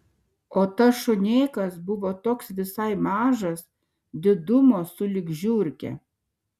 o tas šunėkas buvo toks visai mažas didumo sulig žiurke